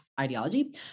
ideology